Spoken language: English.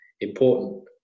important